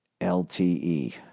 lte